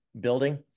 building